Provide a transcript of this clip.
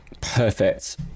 perfect